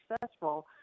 successful